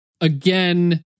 Again